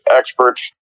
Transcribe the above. experts